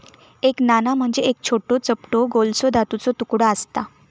एक नाणा म्हणजे एक छोटो, चपटो गोलसो धातूचो तुकडो आसता